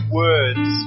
words